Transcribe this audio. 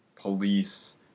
police